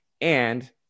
and-